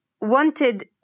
wanted